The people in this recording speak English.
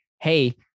Hey